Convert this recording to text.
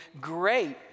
great